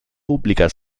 pubblica